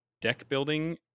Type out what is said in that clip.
deck-building